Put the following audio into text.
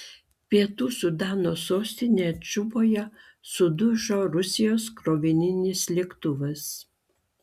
pietų sudano sostinėje džuboje sudužo rusijos krovininis lėktuvas